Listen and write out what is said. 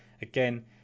Again